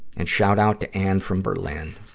and shout out to ann from berlin.